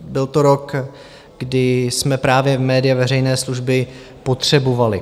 Byl to rok, kdy jsme právě média veřejné služby potřebovali.